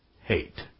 hate